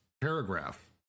paragraph